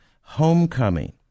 Homecoming